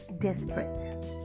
desperate